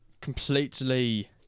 completely